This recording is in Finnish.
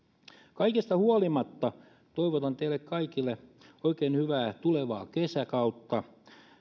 kaikesta huolimatta toivotan teille kaikille oikein hyvää tulevaa kesäkautta